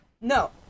No